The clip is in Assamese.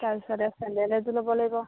তাৰপিছতে চেণ্ডেল এযোৰ ল'ব লাগিব